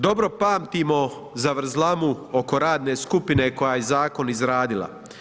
Dobro pamtimo zavrzlamu oko radne skupine koja je zakon izradila.